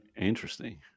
interesting